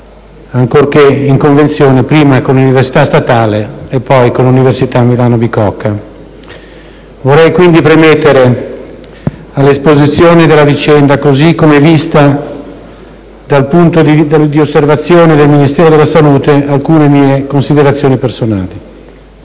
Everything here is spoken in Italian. ancorché in convenzione prima con l'università Statale e poi con l'università Milano Bicocca. Vorrei, quindi, premettere all'esposizione della vicenda così come vista dal punto di osservazione del Ministero della salute, alcune mie considerazioni personali.